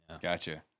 Gotcha